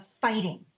fighting